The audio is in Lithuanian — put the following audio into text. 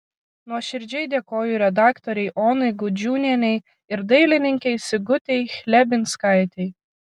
nuoširdžiai dėkoju redaktorei onai gudžiūnienei ir dailininkei sigutei chlebinskaitei